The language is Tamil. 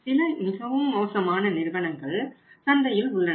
சில மிகவும் மோசமான நிறுவனங்கள் சந்தையில் உள்ளன